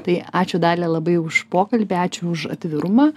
tai ačiū dalia labai už pokalbį ačiū už atvirumą